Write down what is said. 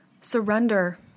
surrender